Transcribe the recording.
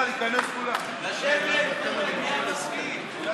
לפני שנמשיך בהצבעות אני מודיע שבהסתייגות מס' 70 היו